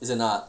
it's an art